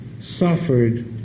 suffered